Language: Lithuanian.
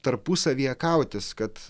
tarpusavyje kautis kad